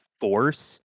force